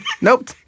Nope